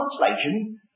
translation